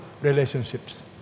relationships